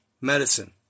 medicine